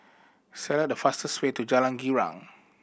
select the fastest way to Jalan Girang